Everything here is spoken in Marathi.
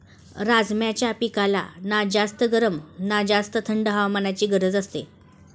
राजमाच्या पिकाला ना जास्त गरम ना जास्त थंड हवामानाची गरज असते